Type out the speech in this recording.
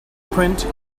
print